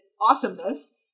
awesomeness